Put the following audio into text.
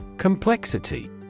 Complexity